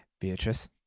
Beatrice